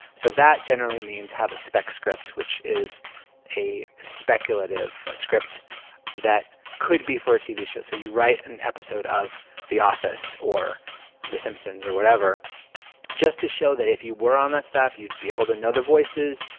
so that generally means have a spec script which is a speculative script that could be for a tv show. so write an episode of the office or the simpsons or whatever just to show that, if you were on that staff, you'd be able to know the voices,